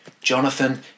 Jonathan